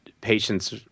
patients